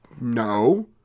no